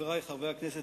חברי חברי הכנסת,